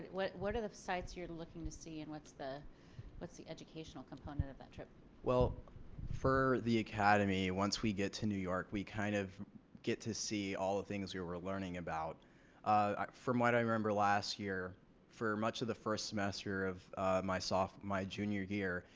what what are the sites you're looking to see and what's the what's the educational component of that trip? ali well for the academy once we get to new york we kind of get to see all the things you were learning about from what i remember last year for much of the first semester of my soph my junior year.